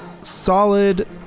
solid